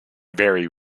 very